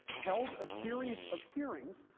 held a series of hearings,